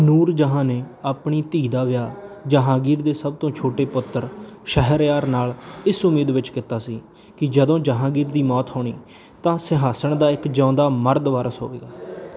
ਨੂਰ ਜਹਾਂ ਨੇ ਆਪਣੀ ਧੀ ਦਾ ਵਿਆਹ ਜਹਾਂਗੀਰ ਦੇ ਸਭ ਤੋਂ ਛੋਟੇ ਪੁੱਤਰ ਸ਼ਹਿਰਯਾਰ ਨਾਲ ਇਸ ਉਮੀਦ ਵਿੱਚ ਕੀਤਾ ਸੀ ਕਿ ਜਦੋਂ ਜਹਾਂਗੀਰ ਦੀ ਮੌਤ ਹੋਈ ਤਾਂ ਸਿੰਘਾਸਣ ਦਾ ਇੱਕ ਜਿਊਂਦਾ ਮਰਦ ਵਾਰਸ ਹੋਵੇਗਾ